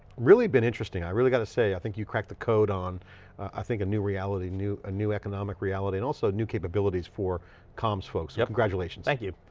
really been interesting. i really got to say i think you cracked the code on i think a new reality, a new economic reality. and also new capabilities for comms folks. yeah congratulations. thank you,